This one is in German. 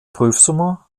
prüfsumme